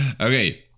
Okay